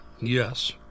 Yes